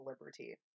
liberty